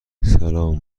سلام